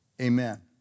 amen